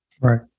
right